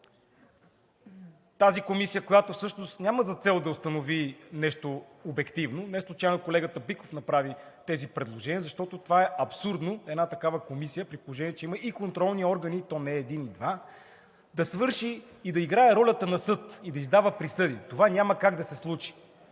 тази комисия, която всъщност няма за цел да установи нещо обективно – неслучайно колегата Биков направи тези предложения, защото това е абсурдно една такава комисия, при положение че има и контролни органи, и то не един-два, да свърши и да играе ролята на съд, и да издава присъди. Това няма как да се случи.